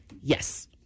Yes